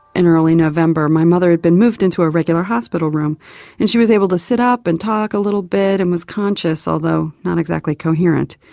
in early november my mother had been moved into a regular hospital room and she was able to sit up and talk a little bit and was conscious, although not exactly coherent.